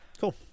Cool